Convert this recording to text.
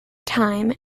time